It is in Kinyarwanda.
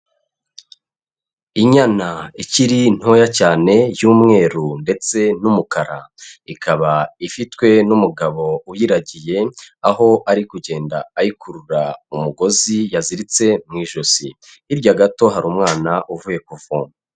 Inyana ikiri ntoya cyane y'umweru ndetse n'umukara, ikaba ifitwe n'umugabo uyiragiye, aho ari kugenda ayikurura umugozi yaziritse mu ijosi, hirya gato hari umwana uvuye kuvoma.